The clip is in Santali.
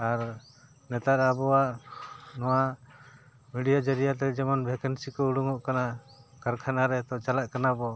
ᱟᱨ ᱱᱮᱛᱟᱨ ᱟᱵᱚᱣᱟᱜ ᱱᱚᱣᱟ ᱢᱤᱰᱤᱭᱟ ᱡᱟᱹᱨᱤᱭᱟ ᱨᱮ ᱡᱮᱢᱚᱱ ᱵᱷᱮᱠᱮᱱᱥᱤ ᱠᱚ ᱩᱰᱩᱝᱚᱜ ᱠᱟᱱᱟ ᱠᱟᱨᱠᱷᱟᱱᱟ ᱨᱮ ᱛᱚ ᱪᱟᱞᱟᱜ ᱠᱟᱱᱟ ᱵᱚ